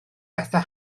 bethau